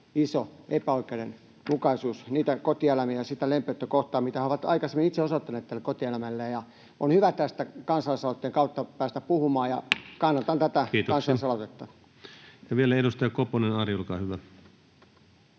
iso epäoikeudenmukaisuus niitä kotieläimiä ja sitä lempeyttä kohtaan, mitä he ovat aikaisemmin itse osoittaneet tälle kotieläimelleen. On hyvä kansalaisaloitteen kautta päästä puhumaan tästä, ja kannatan tätä kansalaisaloitetta. Kiitoksia. — Ja vielä edustaja Koponen, Ari, olkaa hyvä.